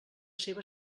seva